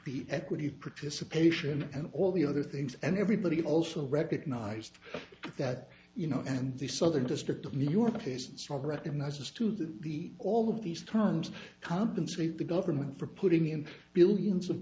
the equity participation and all the other things and everybody also recognized that you know and the southern district of new york patients from recognizes to the all of these times compensate the government for putting in billions of